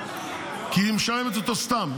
כי היא משלמת אותו סתם.